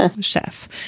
chef